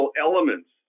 elements